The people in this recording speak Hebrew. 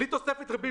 בלי תוספת ריבית,